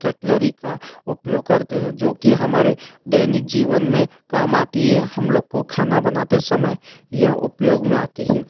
cutlery का उपयोग करते हैं जो कि हमारे दैनिक जीवन में काम आती है हम लोग को खाना बनाते समय यह उपयोग में आती है